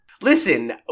Listen